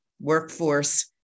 workforce